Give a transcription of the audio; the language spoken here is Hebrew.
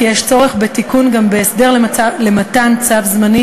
יש צורך בתיקון גם בהסדר למתן צו זמני